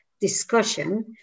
discussion